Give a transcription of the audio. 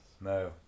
No